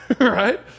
Right